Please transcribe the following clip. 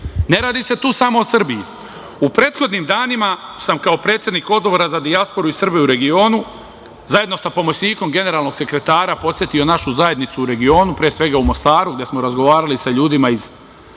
Ne radi se tu samo o Srbiji.U prethodnim danima sam kao predsednik Odbora za dijasporu i Srbe u regionu, zajedno sa pomoćnikom generalnog sekretara posetio našu zajednicu u regionu, pre svega u Mostaru gde smo razgovarali sa ljudima iz srpskih